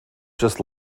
just